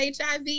HIV